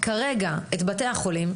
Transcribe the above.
כרגע את בתי החולים,